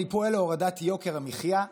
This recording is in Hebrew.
אני פועל להורדת יוקר המחיה,